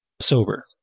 sober